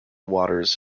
waters